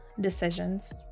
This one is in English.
decisions